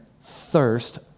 thirst